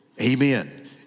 amen